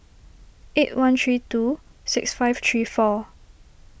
eight one three two six five three four